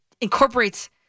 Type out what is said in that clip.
incorporates